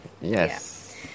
yes